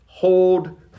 Hold